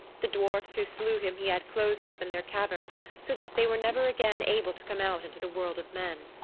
the dwarfs who slew him he had closed up in their caverns so that they were never again able to come out into the world of men.